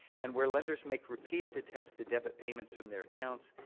and where lenders make repeated attempts to debit payments from their accounts,